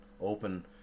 open